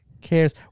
cares